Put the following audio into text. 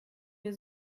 wir